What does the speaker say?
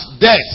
death